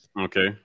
Okay